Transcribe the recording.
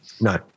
No